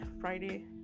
Friday